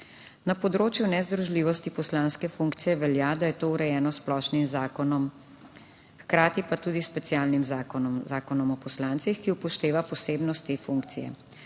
Na področju nezdružljivosti poslanske funkcije velja, da je to urejeno s splošnim zakonom, hkrati pa tudi s specialnim zakonom, Zakonom o poslancih, ki upošteva posebnost te funkcije.